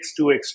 2x